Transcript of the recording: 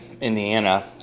Indiana